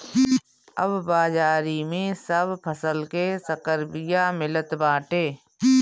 अब बाजारी में सब फसल के संकर बिया मिलत बाटे